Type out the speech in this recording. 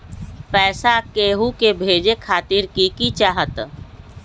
पैसा के हु के भेजे खातीर की की चाहत?